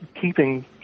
keeping